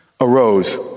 arose